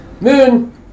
Moon